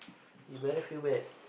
you better feel bad